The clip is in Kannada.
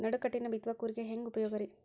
ನಡುಕಟ್ಟಿನ ಬಿತ್ತುವ ಕೂರಿಗೆ ಹೆಂಗ್ ಉಪಯೋಗ ರಿ?